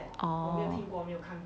oh